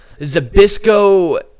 Zabisco